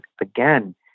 again